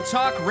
Talk